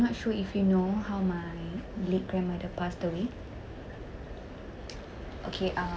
I'm not sure if you know how my late grandmother passed away okay